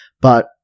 But-